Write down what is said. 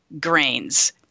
grains